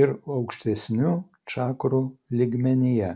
ir aukštesnių čakrų lygmenyje